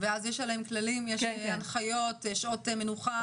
ואז יש עליהם כללים, הנחיות, שעות מנוחה?